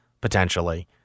potentially